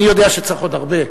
אני יודע שצריך עוד הרבה,